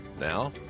Now